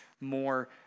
more